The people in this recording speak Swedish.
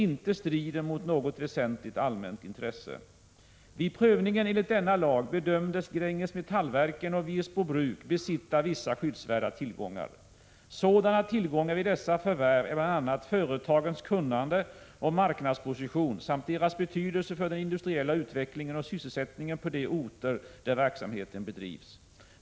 Vid prövningen enligt denna lag bedömdes Gränges Metallverken och Wirsbo Bruk besitta vissa skyddsvärda tillgångar. Sådana tillgångar vid dessa förvärv är bl.a. företagens kunnande och marknadsposition samt deras betydelse för den industriella utvecklingen och sysselsättningen på de orter där verksamheten bedrivs.